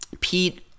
Pete